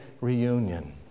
reunion